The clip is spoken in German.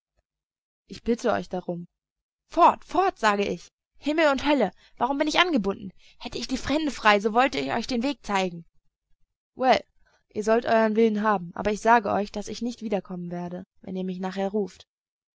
ich bitte euch darum fort fort sage ich himmel und hölle warum bin ich angebunden hätte ich die hände frei so wollte ich euch den weg zeigen well ihr sollt euren willen haben aber ich sage euch daß ich nicht wiederkommen werde wenn ihr mich nachher ruft